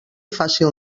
fàcil